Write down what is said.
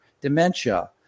dementia